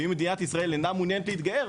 ואם מדינת ישראל אינה מעוניינת להתגייר,